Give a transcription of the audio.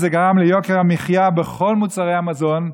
וזה גרם ליוקר המחיה בכל מוצרי המזון,